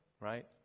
right